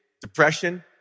depression